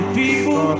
people